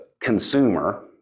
consumer